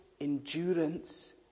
endurance